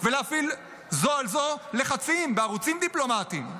ולהפעיל זו על זו לחצים בערוצים דיפלומטיים.